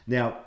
Now